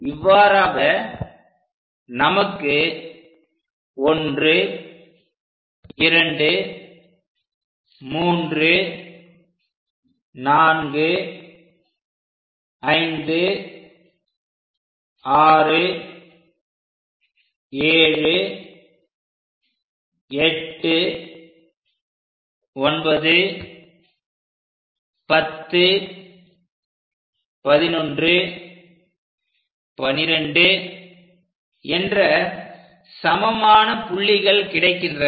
இவ்வாறாக நமக்கு 1 2 3 4 5 6 7 8 9 10 11 12 என்ற சமமான புள்ளிகள் கிடைக்கின்றன